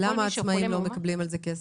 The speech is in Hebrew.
למה עצמאים לא מקבלים על זה כסף?